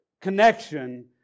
connection